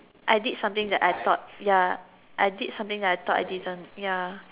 I did something that I thought ya I did something that I thought I didn't ya